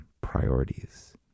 Priorities